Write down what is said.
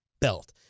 Belt